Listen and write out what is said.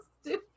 stupid